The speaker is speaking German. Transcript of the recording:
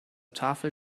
tafel